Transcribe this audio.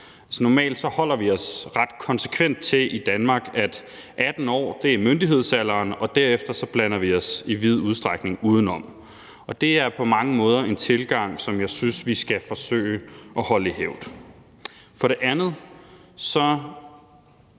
Normalt holder vi os ret konsekvent til i Danmark, at 18 år er myndighedsalderen, og derefter blander vi os i vid udstrækning udenom. Det er på mange måder en tilgang, som jeg synes vi skal forsøge at holde i hævd. For det andet er